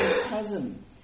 cousin